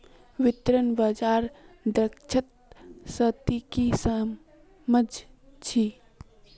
वित्तीय बाजार दक्षता स ती की सम झ छि